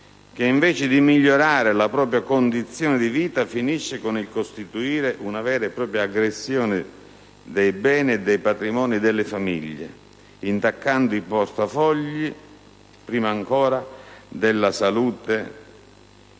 che invece di migliorare la propria condizione di vita finisce col costituire una vera e propria aggressione dei beni e dei patrimoni delle famiglie, intaccando i portafogli prima ancora della salute dei